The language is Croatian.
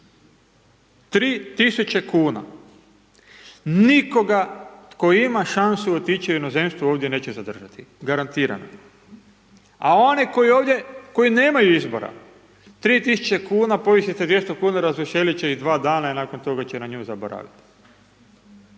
tisuće kuna nikoga tko ima šansu otići u inozemstvo ovdje neće zadržati, garantirano. A one koji ovdje, koji nemaju izbora, 3000 kuna .../Govornik se ne razumije./... 200 kuna, razveseliti će ih dva dana i nakon toga će na nju zaboraviti.